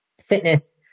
fitness